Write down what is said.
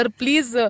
please